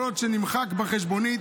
יכול להיות שנמחק בחשבונית,